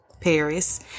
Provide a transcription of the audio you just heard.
Paris